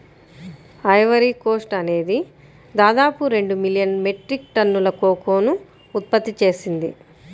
Ivory Coast అనేది దాదాపు రెండు మిలియన్ మెట్రిక్ టన్నుల కోకోను ఉత్పత్తి చేసింది